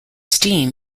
steam